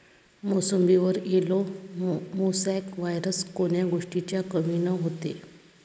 मोसंबीवर yellow mosaic virus कोन्या गोष्टीच्या कमीनं होते?